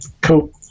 Cool